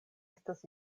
estas